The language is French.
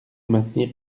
maintenir